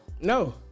No